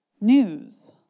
news